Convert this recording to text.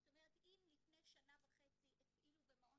זאת אומרת אם לפני שנה וחצי הפעילו במעון